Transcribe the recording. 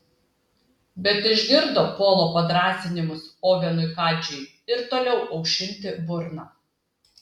bet išgirdo polo padrąsinimus ovenui kadžiui ir toliau aušinti burną